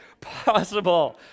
possible